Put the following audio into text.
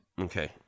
Okay